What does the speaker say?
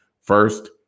first